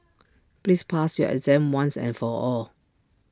please pass your exam once and for all